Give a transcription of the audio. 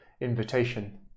invitation